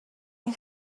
این